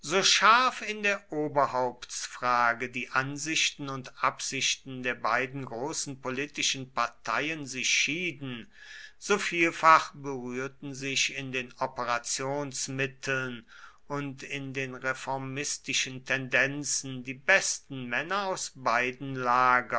scharf in der oberhauptsfrage die ansichten und absichten der beiden großen politischen parteien sich schieden so vielfach berührten sich in den operationsmitteln und in den reformistischen tendenzen die besten männer aus beiden lagern